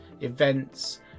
events